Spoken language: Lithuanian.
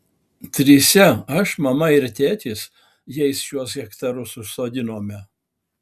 trise aš mama ir tėtis jais šiuos hektarus užsodinome